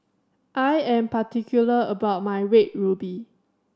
I am particular about my Red Ruby